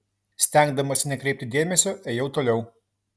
stengdamasi nekreipti dėmesio ėjau toliau